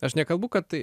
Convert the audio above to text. aš nekalbu kad tai